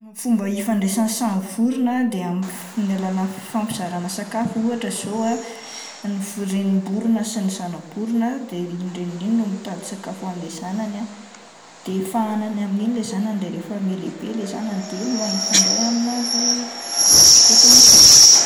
Fomba ifandraisan'ny samy vorona dia amin'ny f-fifampizarana sakafo ,ohatra zao ah ny vo-renim-borona sy ny zana-borona de iny reniny iny no mitady sakafo hoan'ilay zanany ah de fahanany amin'iny ilay zanany ah de rehefa mia lehibe ilay zanany de mahay mifandray amin'azy ôtômatika.